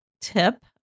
tip